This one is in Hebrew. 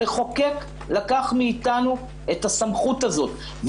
המחוקק לקח מאתנו את הסמכות הזאת,